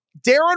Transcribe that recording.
Darren